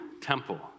temple